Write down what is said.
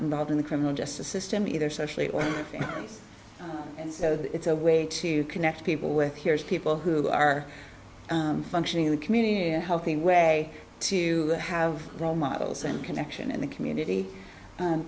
involved in the criminal justice system either socially or so it's a way to connect people with peers people who are functioning in the community a healthy way to have role models and connection in the community